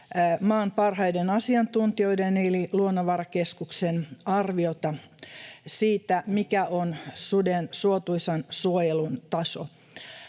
maan parhaiden asiantuntijoiden eli Luonnonvarakeskuksen arviota siitä, mikä on suden suotuisan suojelun taso.